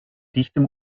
dichtem